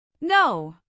No